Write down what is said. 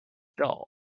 dull